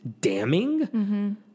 damning